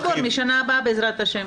יתחילו את הכול משנה הבאה בעזרת ה'.